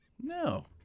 No